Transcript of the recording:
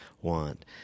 want